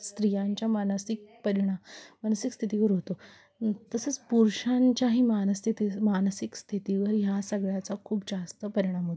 स् स्त्रियांच्या मानसिक परिणा मानसिक स्थितीवर होतो तसंच पुरुषांच्याही मानस्थिथि मानसिक स्थितीवर ह्या सगळ्याचा खूप जास्त परिणाम होतो